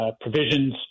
provisions